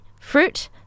Fruit